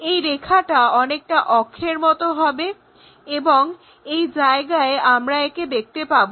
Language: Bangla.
এই রেখাটা অনেকটা অক্ষের মতো হবে এবং এই জায়গায় আমরা একে দেখতে পাবো